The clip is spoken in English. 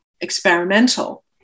experimental